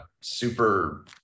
super